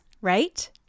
right